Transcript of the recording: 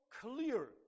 clear